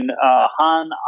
Han